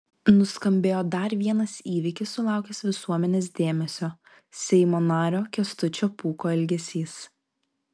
nuskambėjo dar vienas įvykis sulaukęs visuomenės dėmesio seimo nario kęstučio pūko elgesys